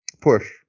push